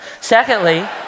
Secondly